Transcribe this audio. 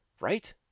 right